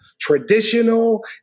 traditional